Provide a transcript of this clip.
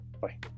Bye